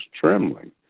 trembling